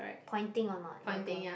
pointing or not your girl